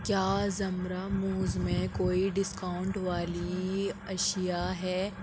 کیا زمرہ موز میں کوئی ڈسکاؤنٹ والی اشیاء ہے